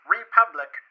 Republic